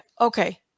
okay